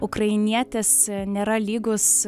ukrainietis nėra lygus